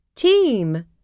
team